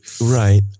Right